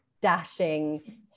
dashing